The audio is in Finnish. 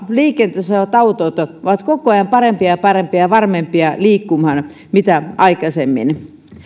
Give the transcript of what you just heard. liikenteessä olevat autot ovat koko ajan parempia ja parempia ja varmempia liikkumaan kuin aikaisemmin